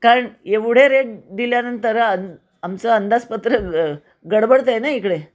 कारण एवढे रेट दिल्यानंतर अ आमचं अंदाजपत्र गडबडतं आहे ना इकडे